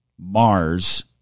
Mars